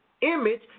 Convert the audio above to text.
image